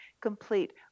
complete